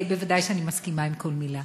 ודאי שאני מסכימה עם כל מילה.